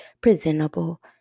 presentable